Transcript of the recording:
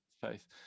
faith